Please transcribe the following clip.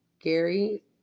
Gary